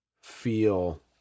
feel